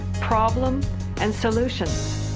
problem and solutions.